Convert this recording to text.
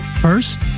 First